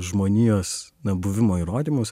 žmonijos na buvimo įrodymus